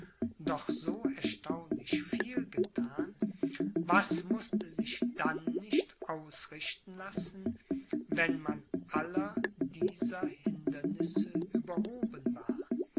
doch so erstaunlich viel gethan was mußte sich dann nicht ausrichten lassen wenn man aller dieser hindernisse überhoben war